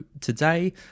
today